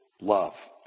love